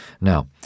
Now